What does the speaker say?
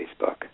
Facebook